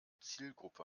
zielgruppe